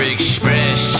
Express